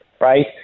right